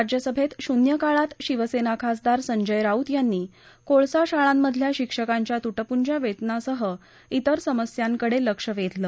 राज्यसभेत शून्यकाळात शिवसेना खासदार संजय राऊत यांनी कोळसा शाळांमधल्या शिक्षकांच्या तुटपुंज्या वेतनासह तिर समस्यांकडे लक्ष वेधलं